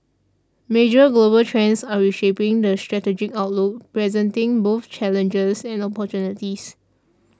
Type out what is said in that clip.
major global trends are reshaping the strategic outlook presenting both challenges and opportunities